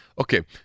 Okay